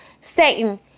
Satan